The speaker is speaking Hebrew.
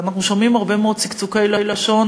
ואנחנו שומעים הרבה מאוד צקצוקי לשון